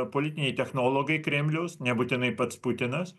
politiniai technologai kremliaus nebūtinai pats putinas